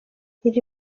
biri